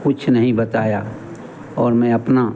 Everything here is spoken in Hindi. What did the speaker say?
कुछ नहीं बताया और मैं अपना